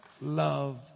love